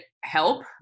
help